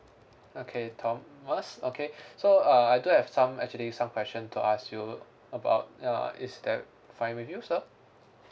okay thomas okay so uh I do have some actually some question to ask you about uh is that fine with you sir